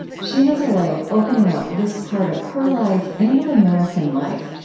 she has a way of opening up this part of her life, and of american life,